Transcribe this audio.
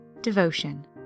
Devotion